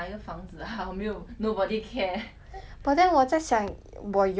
but then 我在想我有那个 financial capability meh